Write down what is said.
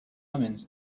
omens